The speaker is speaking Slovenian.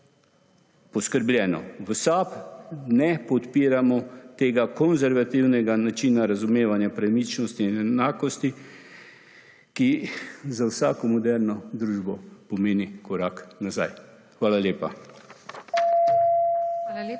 poskrbljeno. V SAB ne podpiramo tega konservativnega načina razumevanja premičnosti in enakosti, ki za vsako moderno družbo pomeni korak nazaj. Hvala lepa.